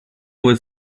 was